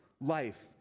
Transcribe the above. Life